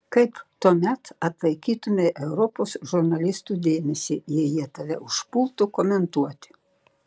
kaip tuomet atlaikytumei europos žurnalistų dėmesį jei jie tave užpultų komentuoti